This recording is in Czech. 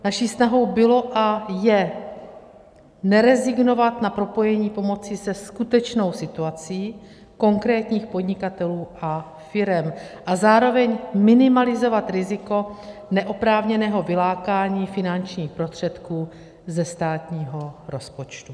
Naší snahou bylo a je nerezignovat na propojení pomoci se skutečnou situací konkrétních podnikatelů a firem a zároveň minimalizovat riziko neoprávněného vylákání finančních prostředků ze státního rozpočtu.